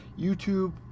YouTube